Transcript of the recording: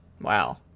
Wow